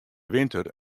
winter